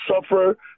suffer